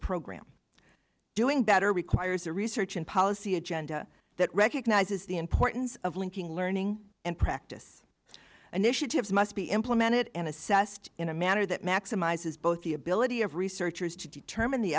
program doing better requires a research and policy agenda that recognizes the importance of linking learning and practice an issue to have must be implemented and assessed in a manner that maximizes both the ability of researchers to determine the